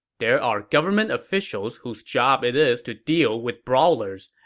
there are government officials whose job it is to deal with brawlers,